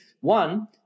one